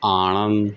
Anand